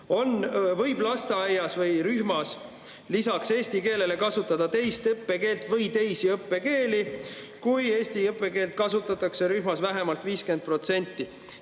võib lasteaias või rühmas lisaks eesti keelele kasutada teist õppekeelt või teisi õppekeeli, kui eesti õppekeelt kasutatakse rühmas vähemalt 50%